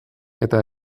eta